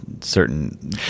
certain